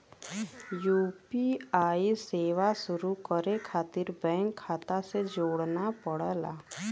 UPI सेवा शुरू करे खातिर बैंक खाता से जोड़ना पड़ला